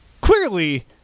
Clearly